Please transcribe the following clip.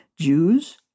Jews